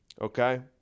Okay